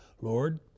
Lord